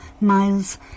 Miles